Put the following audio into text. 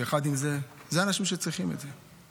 אלה האנשים שצריכים את זה.